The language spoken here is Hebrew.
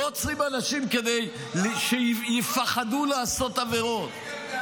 לא עוצרים אנשים כדי שיפחדו לעשות עבירות.